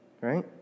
right